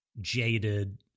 jaded